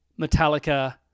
Metallica